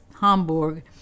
Hamburg